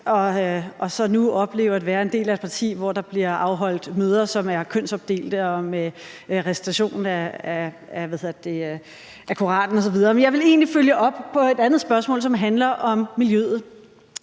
og så nu oplever at være en del af et parti, hvor der bliver afholdt møder, som er kønsopdelte og med recitation af Koranen osv.? Men jeg vil egentlig følge op på et andet spørgsmål, som handler om miljøet.